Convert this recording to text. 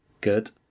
Good